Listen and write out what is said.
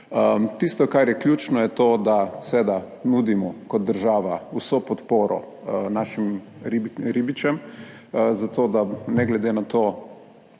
Tisto, kar je ključno, je to, da seveda nudimo kot država vso podporo našim ribičem za to, da ne glede na to,